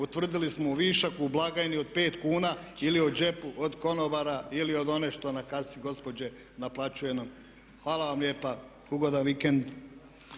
utvrdili smo višak u blagajni od 5 kuna ili u džepu od konobara ili od one što na kasi, gospođe naplaćuj nam. Hvala vam lijepa, ugodan vikend.